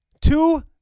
two